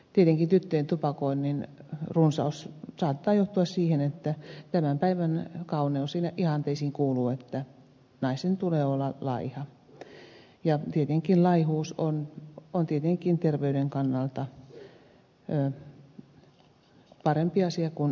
tyttöjen tupakoinnin runsaus saattaa johtua siitä että tämän päivän kauneusihanteisiin kuuluu että naisen tulee olla laiha laihuus on tietenkin terveyden kannalta parempi asia kuin ylipaino